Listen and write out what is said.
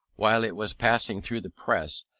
while it was passing through the press,